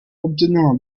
obtenant